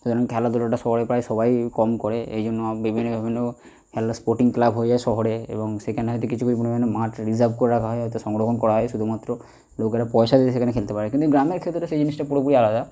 সুতরাং খেলাধুলাটা সবাই প্রায় সবাই কম করে এই জন্য বিভিন্ন বিভিন্ন খেলা স্পোর্টিং ক্লাব হয়ে যায় শহরে এবং সেখানে হয়তো কিছু কিছু পরিমাণে মাঠ রিজার্ভ করে রাখা হয় অর্থাৎ সংরক্ষণ করা হয় শুধুমাত্র লোকেরা পয়সা দিয়ে সেখানে খেলতে পারে কিন্তু গ্রামের ক্ষেত্রে সেই জিনিসটা পুরোপুরি আলাদা